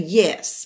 yes